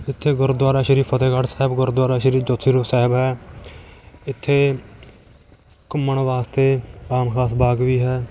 ਇੱਥੇ ਗੁਰਦੁਆਰਾ ਸ਼੍ਰੀ ਫਤਿਹਗੜ੍ਹ ਸਾਹਿਬ ਗੁਰਦੁਆਰਾ ਸ਼੍ਰੀ ਜੋਤੀ ਸਰੂਪ ਸਾਹਿਬ ਹੈ ਇੱਥੇ ਘੁੰਮਣ ਵਾਸਤੇ ਆਮ ਖ਼ਾਸ ਬਾਗ਼ ਵੀ ਹੈ